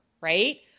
Right